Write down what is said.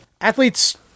Athletes